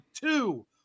two